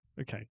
Okay